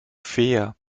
fair